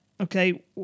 okay